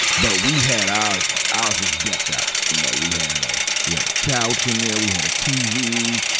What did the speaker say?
but we had ours, ours was decked out, you know. we had a, we had a couch in there. we had a tv.